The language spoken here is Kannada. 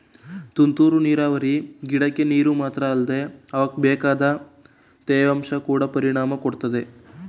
ತುಂತುರು ನೀರಾವರಿ ಗಿಡಕ್ಕೆ ನೀರು ಮಾತ್ರ ಅಲ್ದೆ ಅವಕ್ಬೇಕಾದ ತೇವಾಂಶ ಕೊಡ ಪರಿಣಾಮ ಕೊಡುತ್ತೆ